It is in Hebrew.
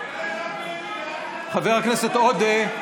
חבר הכנסת עודה.